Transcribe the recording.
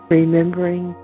remembering